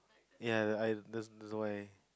ya I that's that's why